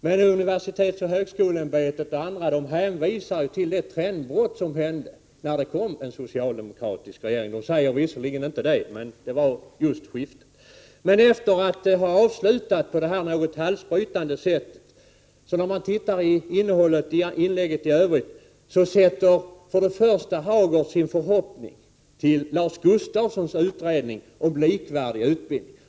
Men universitetoch högskolämbetet hänvisar till det trendbrott som uppstod när det kom en socialdemokratisk regering. Man säger visserligen inte så, men det var just vid skiftet. Men efter att ha avslutat inlägget på detta halsbrytande sätt, och om vi ser på innehållet i övrigt i inlägget, sätter Hagård först och främst sin förhoppning till Lars Gustavssons utredning om likvärdig utbildning.